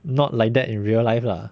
not like that in real life lah